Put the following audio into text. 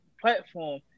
platform